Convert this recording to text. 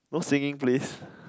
no singing please